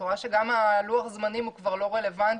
את רואה שגם לוח הזמנים הוא כבר לא רלוונטי.